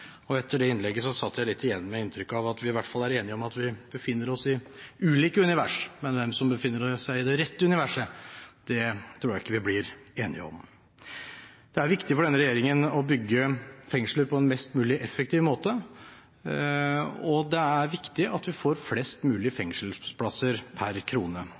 innlegget satt jeg litt igjen med inntrykk av at vi i hvert fall er enige om at vi befinner oss i ulike univers. Men hvem som befinner seg i det rette universet, tror jeg ikke vi blir enige om. Det er viktig for denne regjeringen å bygge fengsler på en mest mulig effektiv måte, og det er viktig at vi får flest mulige fengselsplasser per krone.